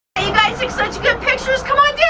and you guys take such good pictures, come on, down!